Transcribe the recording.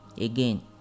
Again